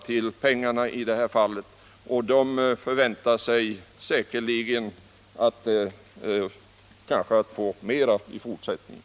Det ser i detta fall bara till pengarna.